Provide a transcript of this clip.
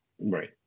Right